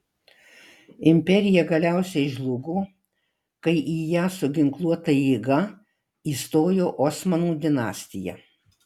imperija galiausiai žlugo kai į ją su ginkluota jėga įstojo osmanų dinastija